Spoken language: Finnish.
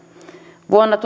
vuonna